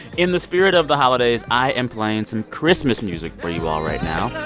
in the spirit of the holidays, i am playing some christmas music for you all right now.